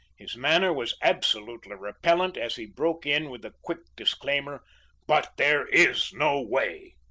his manner was absolutely repellent as he broke in with the quick disclaimer but there is no way.